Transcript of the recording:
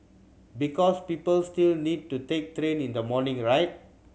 because people still need to take train in the morning right